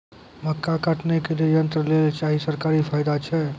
मक्का काटने के लिए यंत्र लेल चाहिए सरकारी फायदा छ?